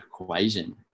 equation